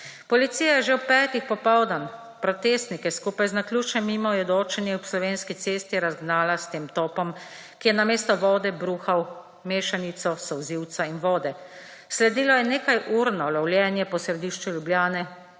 Policija je že ob petih popoldan protestnike skupaj z naključnimi mimoidočimi ob Slovenski cesti razgnala s tem topom, ki je namesto vode bruhal mešanico solzivca in vode. Sledilo je nekajdnevno lovljenje po središču Ljubljane,